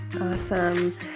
awesome